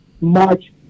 March